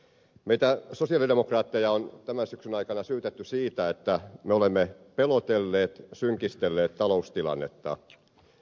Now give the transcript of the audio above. meitä sosialidemokraatteja on tämän syksyn aikana syytetty siitä että me olemme pelotelleet synkistelleet taloustilannetta